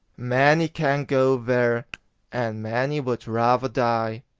many can't go there and many would rather die.